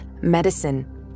medicine